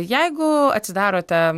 jeigu atsidarote